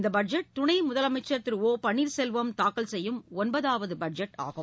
இந்த பட்ஜெட் துணை முதலமைச்சா் திரு பன்னீா் செல்வம் தாக்கல் செய்யும் ஒன்பதாவது பட்ஜெட் ஆகும்